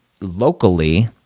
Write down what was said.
locally